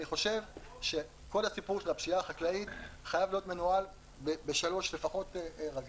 אני חושב שכל הסיפור של הפשיעה החקלאית חייב להיות מנוהל בשלוש רגליים.